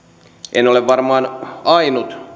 en ole varmaan ainut